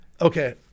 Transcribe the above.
Okay